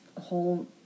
whole